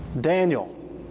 Daniel